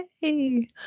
yay